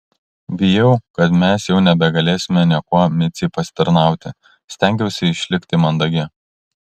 bijau kad mes jau nebegalėsime niekuo micei pasitarnauti stengiausi išlikti mandagi